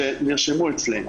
שנרשמו אצלי.